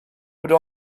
would